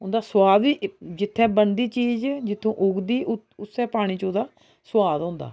उं'दा सुआद बी जित्थै बनदी चीज़ जित्थुं उगदी उस्सै पानी च ओह्दा सुआद होंदा